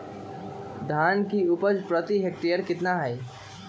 धान की उपज प्रति हेक्टेयर कितना है?